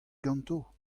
ganto